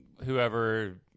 whoever